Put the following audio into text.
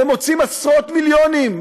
ומוציאים עשרות מיליונים,